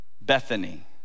Bethany